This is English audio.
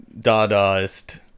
Dadaist